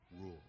rule